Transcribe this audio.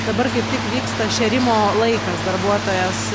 dabar kaip tik vyksta šėrimo laikas darbuotojas